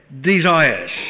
desires